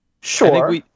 Sure